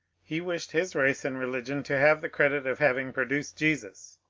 he wished his race and religion to have the credit of having pro duced jesus.